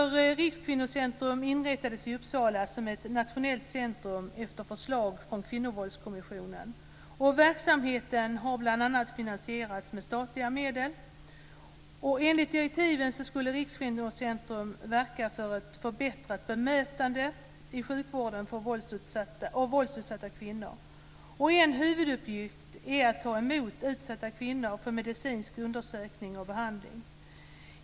Rikskvinnocentrum inrättades i Uppsala som ett nationellt centrum efter förslag från Kvinnovåldskommissionen. Verksamheten har bl.a. finansierats med statliga medel. Enligt direktiven skulle Rikskvinnocentrum verka för ett förbättrat bemötande i sjukvården av våldsutsatta kvinnor. En huvuduppgift är att ta emot utsatta kvinnor för medicinsk undersökning och behandling.